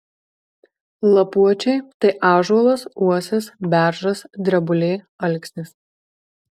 lapuočiai tai ąžuolas uosis beržas drebulė alksnis